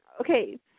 Okay